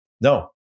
No